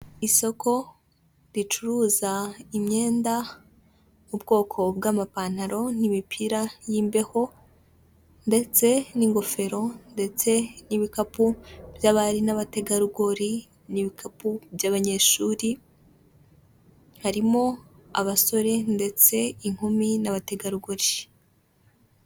Isoko ricuruza imyenda ubwoko bw'amapantaro n'imipira y'imbeho ndetse n'ingofero ndetse n'ibikapu by'abari n'abategarugori, n'ibikapu by'abanyeshuri harimo abasore ndetse inkumi n'abategarugori.